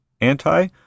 anti